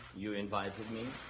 you invited me.